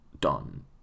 done